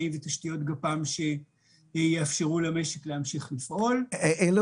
ותשתיות גפ"מ שיאפשרו למשק להמשיך לפעול --- איזה